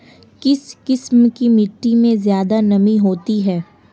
किस किस्म की मिटटी में ज़्यादा नमी होती है?